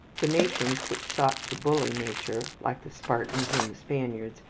the nations which sought to bully nature, like the spartans and the spaniards,